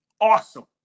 awesome